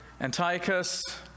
Antiochus